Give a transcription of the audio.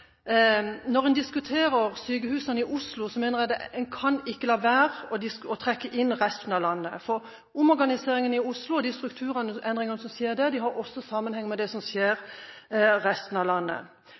Når en diskuterer sykehusene i Oslo, mener jeg at en ikke kan la være å trekke inn resten av landet. Omorganiseringen i Oslo og de strukturendringene som skjer der, har også sammenheng med det som skjer